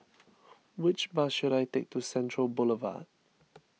which bus should I take to Central Boulevard